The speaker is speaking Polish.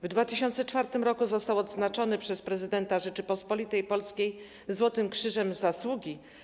W 2004 r. został odznaczony przez prezydenta Rzeczypospolitej Polskiej Złotym Krzyżem Zasługi.